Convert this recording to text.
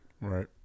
Right